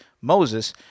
moses